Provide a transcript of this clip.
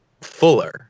fuller